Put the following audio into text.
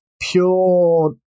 pure